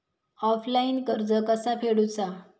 Offline कर्ज कसा फेडूचा?